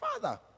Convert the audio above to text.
father